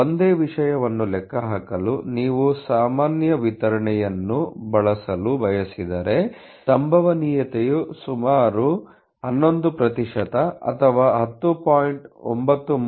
ಒಂದೇ ವಿಷಯವನ್ನು ಲೆಕ್ಕಹಾಕಲು ನೀವು ಸಾಮಾನ್ಯ ವಿತರಣೆಯನ್ನು ಬಳಸಲು ಬಯಸಿದರೆ ಸಂಭವನೀಯತೆಯು ಸುಮಾರು 11 ಅಥವಾ 10